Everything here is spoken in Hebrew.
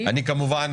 אני כמובן